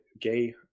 gay